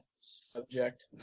subject